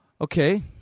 Okay